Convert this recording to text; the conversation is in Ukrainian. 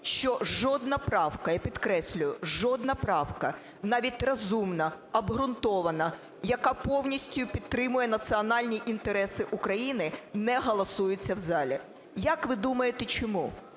що жодна правка, я підкреслюю, жодна правка, навіть розумна, обґрунтована, яка повністю підтримує національні інтереси України, не голосується в залі. Як ви думаєте чому?